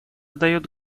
дает